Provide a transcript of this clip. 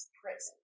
prison